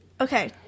Okay